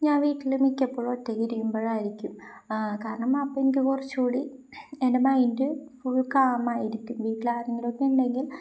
ഞാൻ വീട്ടില് മിക്കപ്പോഴും ഒറ്റയ്ക്കിരിക്കുമ്പോഴായിരിക്കും കാരണം അപ്പോള് എനിക്ക് കുറച്ചുകൂടി എൻ്റെ മൈൻഡ് ഫുൾ കാമായിരിക്കും വീട്ടില് ആരെങ്കിലുമൊക്കെ ഉണ്ടെങ്കിൽ